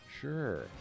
Sure